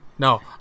no